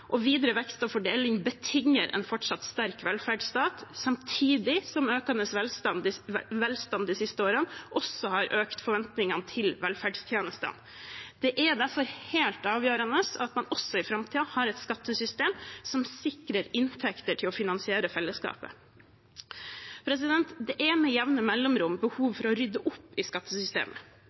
Videre vekst og fordeling betinger en fortsatt sterk velferdsstat, samtidig som økende velstand de siste årene også har økt forventningene til velferdstjenestene. Det er derfor helt avgjørende at man også i framtiden har et skattesystem som sikrer inntekter til å finansiere fellesskapet. Det er med jevne mellomrom behov for å rydde opp i skattesystemet.